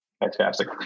Fantastic